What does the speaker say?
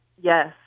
Yes